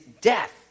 death